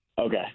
Okay